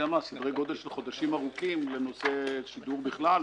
סדרי גודל של חודשים ארוכים בנושא השידור בכלל,